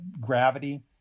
gravity